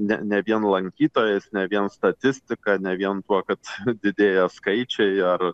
ne ne vien lankytojais ne vien statistika ne vien tuo kad didėja skaičiai ar